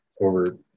over